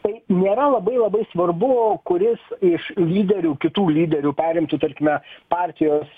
tai nėra labai labai svarbu kuris iš lyderių kitų lyderių perimtų tarkime partijos